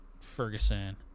Ferguson